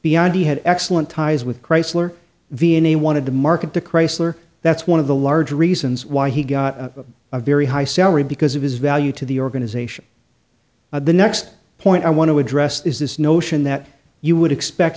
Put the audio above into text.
biondi had excellent ties with chrysler v n a wanted to market to chrysler that's one of the larger reasons why he got a very high salary because of his value to the organization of the next point i want to address is this notion that you would expect